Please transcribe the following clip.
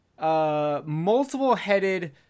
multiple-headed